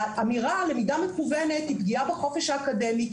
האמירה למידה מקוונת היא פגיעה בחופש האקדמי,